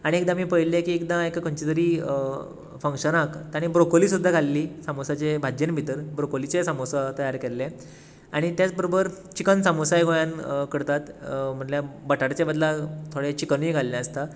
आनी एकदां आमी पळयल्लें एकदां एका खंयच्या तरी फंक्शनाक तांणी ब्रोकोल्ली सुद्दां घाल्ली सामोसाचे भाज्जेंत भितर ब्रोकोल्लीचे सामोसा तयार केल्ले आनी तेच बरोबर चिकन सामोसाय गोंयांत करतात म्हणल्यार बटाटाच्या बदला थोडें चिकनूय घातलेलें आसता